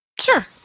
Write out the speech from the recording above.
Sure